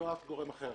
לא אף גורם אחר.